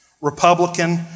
Republican